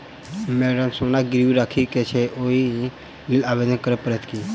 Madam सोना गिरबी राखि केँ छैय ओई लेल आवेदन करै परतै की?